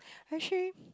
actually